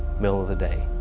middle of the day,